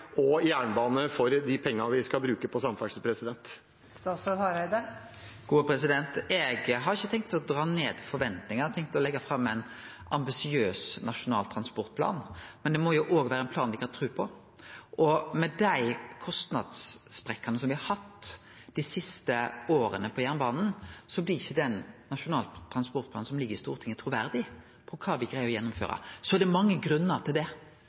og gjennomføre, sånn at man kan øke bevilgningene og få bygd mer vei og jernbane for de pengene vi skal bruke på samferdsel. Eg har ikkje tenkt å dra ned forventningar, eg har tenkt å leggje fram ein ambisiøs nasjonal transportplan. Men det må jo òg vere ein plan me kan tru på, og med dei kostnadssprekkane som me har hatt dei siste åra på jernbanen, blir ikkje den nasjonale transportplanen som ligg i Stortinget, truverdig på